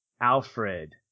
Alfred